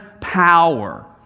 power